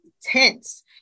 tense